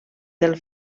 del